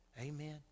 Amen